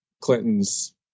Clinton's